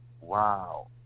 wow